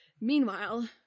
Meanwhile